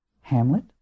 Hamlet